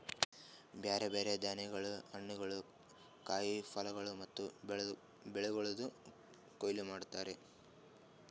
ಬ್ಯಾರೆ ಬ್ಯಾರೆ ಧಾನ್ಯಗೊಳ್, ಹಣ್ಣುಗೊಳ್, ಕಾಯಿ ಪಲ್ಯಗೊಳ್ ಮತ್ತ ಬೆಳಿಗೊಳ್ದು ಕೊಯ್ಲಿ ಮಾಡ್ತಾರ್